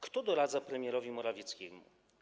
Kto doradza premierowi Morawieckiemu?